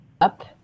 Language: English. up